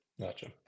gotcha